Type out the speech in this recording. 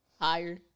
Higher